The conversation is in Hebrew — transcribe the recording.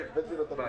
כן.